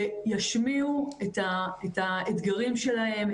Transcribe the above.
שישמיעו את האתגרים שלהם,